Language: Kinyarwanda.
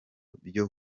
byo